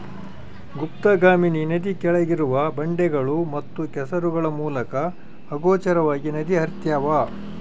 ಗುಪ್ತಗಾಮಿನಿ ನದಿ ಕೆಳಗಿರುವ ಬಂಡೆಗಳು ಮತ್ತು ಕೆಸರುಗಳ ಮೂಲಕ ಅಗೋಚರವಾಗಿ ನದಿ ಹರ್ತ್ಯಾವ